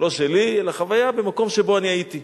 לא שלי, אלא חוויה במקום שבו אני הייתי.